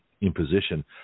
imposition